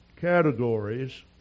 categories